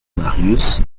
marius